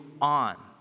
on